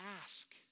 ask